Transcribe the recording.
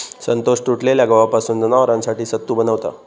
संतोष तुटलेल्या गव्हापासून जनावरांसाठी सत्तू बनवता